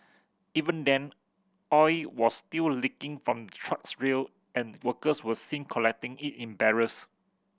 even then oil was still leaking from truck's real and workers were seen collecting it in barrels